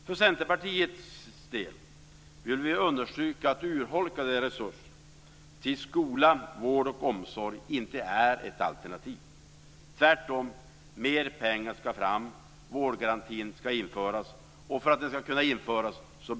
För Centerpartiet är urholkade resurser till skola, vård och omsorg inte något alternativ. Tvärtom skall mer pengar fram. Vårdgarantin skall införas, och för att det skall vara möjligt behövs resurser.